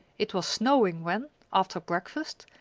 it was snowing when, after breakfast,